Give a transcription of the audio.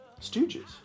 Stooges